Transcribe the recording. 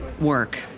work